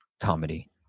comedy